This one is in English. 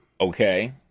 okay